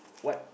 what